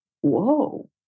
whoa